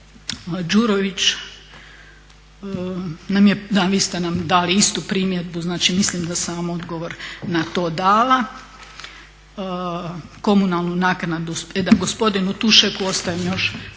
Đurović nam je, da vi ste nam dali istu primjedbu, znači mislim da sam vam odgovor na to dala. Komunalnu naknadu, e da, gospodinu Tušaku ostajem još